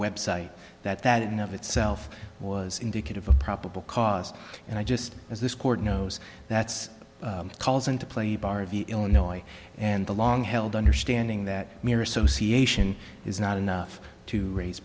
website that that in of itself was indicative of probable cause and i just as this court knows that calls into play illinois and the long held understanding that mere association is not enough to raise